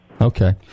Okay